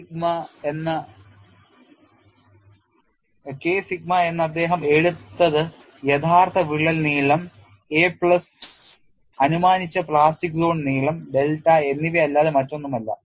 K sigma എന്ന് അദ്ദേഹം എടുത്തത് യഥാർത്ഥ വിള്ളൽ നീളം a plus അനുമാനിച്ച പ്ലാസ്റ്റിക് സോൺ നീളം ഡെൽറ്റ എന്നിവയല്ലാതെ മറ്റൊന്നുമല്ല